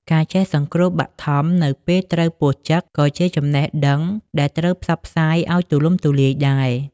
ការចេះសង្គ្រោះបឋមនៅពេលត្រូវពស់ចឹក ក៏ជាចំណេះដឹងដែលត្រូវផ្សព្វផ្សាយឱ្យទូលំទូលាយដែរ។